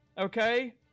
okay